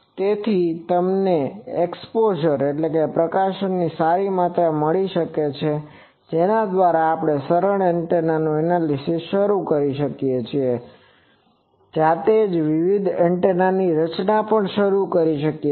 તેથી તમને એક્સપોઝરexposureપ્રકાશનની સારી માત્રા મળી છે જેના દ્વારા તમે સરળ એન્ટેનાનું એનાલિસીસ શરૂ કરી શકો છો અને જાતે જ વિવિધ એન્ટેનાની રચના પણ શરૂ કરી શકો છો